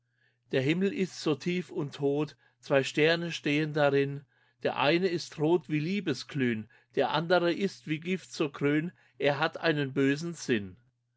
der himmel ist so tief und tot zwei sterne stehen darin der eine ist rot wie liebesglühn der andere ist wie gift so grün er hat einen bösen sinn